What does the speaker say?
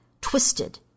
twisted